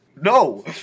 No